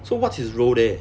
so what's his role there